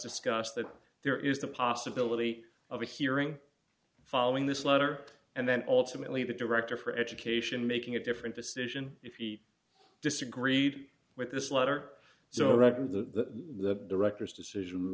discussed that there is the possibility of a hearing following this letter and then ultimately the director for education making a different decision if he disagreed with this letter so i reckon the directors decision